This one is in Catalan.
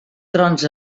trons